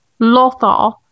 Lothal